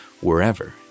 wherever